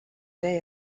day